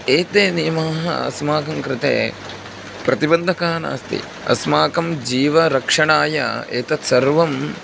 एते नियमाः अस्माकं कृते प्रतिबन्धकाः नास्ति अस्माकं जीवरक्षणाय एतत् सर्वम्